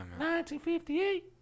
1958